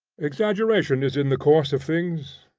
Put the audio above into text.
exaggeration is in the course of things.